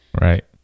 Right